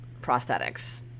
prosthetics